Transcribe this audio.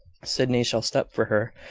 sydney shall step for her,